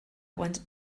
want